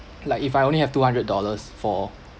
like if I only have two hundred dollars for